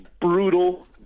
brutal